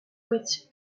which